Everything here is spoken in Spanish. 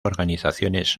organizaciones